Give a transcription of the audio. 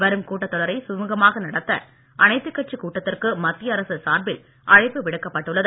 வரும் கூட்டத் தொடரை சுமுகமாக நடத்த அனைத்துக் கட்சி கூட்டத்திற்கு மத்திய அரசு சார்பில் அழைப்பு விடுக்கப்பட்டுள்ளது